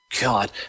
God